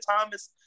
Thomas